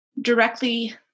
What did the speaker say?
directly